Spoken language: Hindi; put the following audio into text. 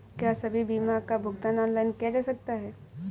क्या सभी बीमा का भुगतान ऑनलाइन किया जा सकता है?